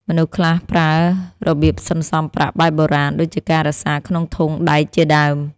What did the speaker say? មនុស្សខ្លះប្រើរបៀបសន្សំប្រាក់បែបបុរាណ ដូចជាការរក្សាក្នុងធុងដែកជាដើម។